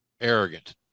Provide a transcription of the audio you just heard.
arrogant